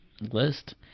list